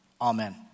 Amen